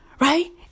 Right